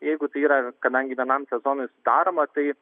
jeigu tai yra kadangi vienam sezonui sudaroma tai